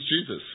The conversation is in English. Jesus